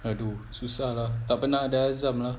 !aduh! susah lah tak pernah ada azam